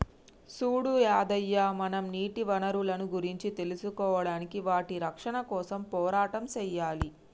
సూడు యాదయ్య మనం నీటి వనరులను గురించి తెలుసుకోడానికి వాటి రక్షణ కోసం పోరాటం సెయ్యాలి